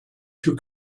two